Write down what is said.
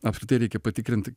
apskritai reikia patikrint